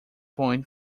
point